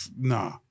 Nah